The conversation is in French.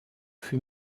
fut